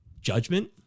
judgment